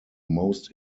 most